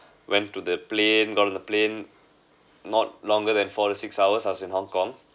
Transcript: went to the plane got to the plane not longer than four to six hours I was in Hong-Kong